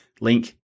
Link